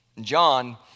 John